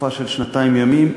תקופה של שנתיים ימים,